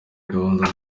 gahunda